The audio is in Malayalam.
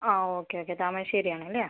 ആ ഓക്കെ ഓക്കെ താമരശ്ശേരി ആണല്ലേ